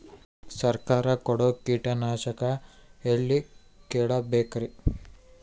ಸರಕಾರ ಕೊಡೋ ಕೀಟನಾಶಕ ಎಳ್ಳಿ ಕೇಳ ಬೇಕರಿ?